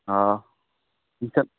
ᱦᱮᱸ ᱤᱠᱷᱟᱱ